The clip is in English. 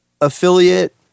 affiliate